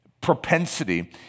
propensity